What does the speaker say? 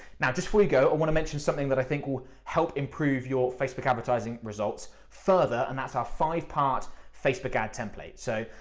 now, just you go, i wanna mention something that i think will help improve your facebook advertising results further, and that's our five-part facebook ad template. so,